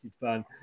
fan